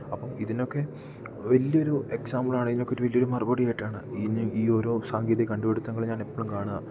അപ്പം ഇതിനൊക്കെ വലിയ ഒരു എക്സാമ്പിൾ ആണ് ഇതിനൊക്കെ ഒരു വലിയ ഒരു മറുപടിയായിട്ടാണ് ഈ ഈ ഓരോ സാങ്കേതിക കണ്ടുപിടിത്തങ്ങൾ ഞാൻ എപ്പോഴും കാണുക